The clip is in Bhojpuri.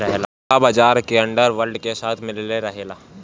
काला बाजार के अंडर वर्ल्ड के साथ मिलले रहला